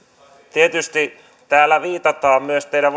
tietysti täällä viitataan myös teidän